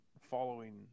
following